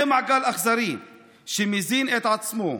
זה מעגל אכזרי שמזין את עצמו: